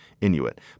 inuit